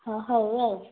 ହଁ ହଉ ଆଉ